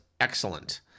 excellent